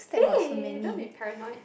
eh don't be paranoid